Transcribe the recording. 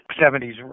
seventies